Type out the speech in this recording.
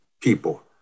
people